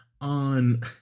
on